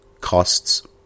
costs